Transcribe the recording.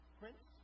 prince